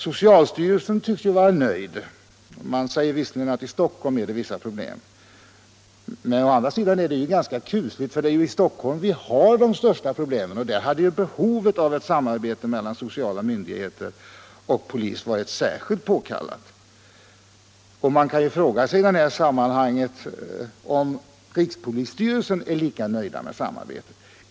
Socialstyrelsen tycks ju vara nöjd, även om man säger att det finns vissa problem i Stockholm - men å andra sidan är det ganska kusligt, för det är i Stockholm vi har de största problemen, och där hade alltså behovet av ett samarbete mellan sociala myndigheter och polis varit särskilt påkallat. Man kan fråga sig i det här sammanhanget om rikspolisstyrelsen är lika nöjd med samarbetet.